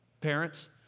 Parents